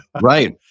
Right